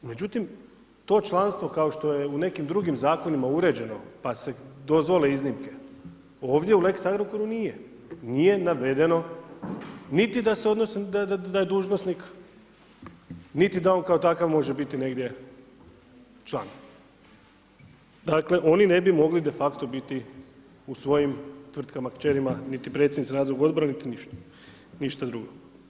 Međutim, to članstvo kao što je u nekim drugim zakonima uređeno pa se dozvole iznimke, ovdje u lex Agrokoru nije, nije navedeno niti da se je dužnosnik, niti da on kao takav može biti negdje član, dakle oni ne bi mogli defakto biti u svojim tvrtkama kćerima, niti predsjednici nadzornog odbora, niti ništa drugo.